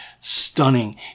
stunning